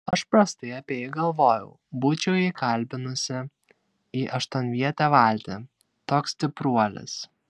aš prastai apie jį galvojau būčiau jį kalbinusi į aštuonvietę valtį toks stipruolis